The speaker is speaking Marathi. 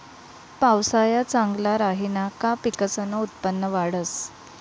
पावसाया चांगला राहिना का पिकसनं उत्पन्न वाढंस